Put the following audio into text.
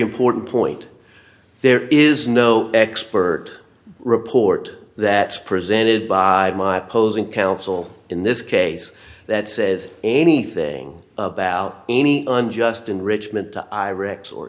important point there is no expert report that presented by my opposing counsel in this case that says anything about any unjust enrichment